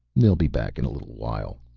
they'll be back in a little while,